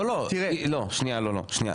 לא לא תראה שנייה, לא, לא שנייה.